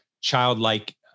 childlike